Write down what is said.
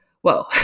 whoa